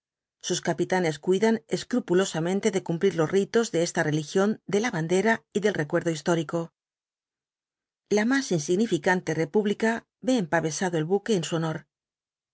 sus capitanes cuidan escrupulosamente de cumplir los ritos de esta religión de la bandera y del recuerdo histórico la más insignificante república ve empavesado el buque en su honor